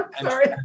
Sorry